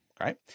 Right